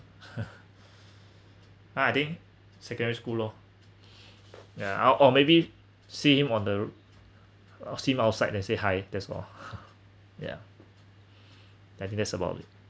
ah I think secondary school lor ya ah or maybe see him on the ro~ see him outside then say hi that's all yeah I think that's about it